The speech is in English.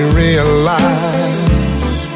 realize